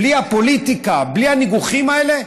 בלי הפוליטיקה, בלי הניגוחים האלה,